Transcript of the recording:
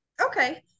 Okay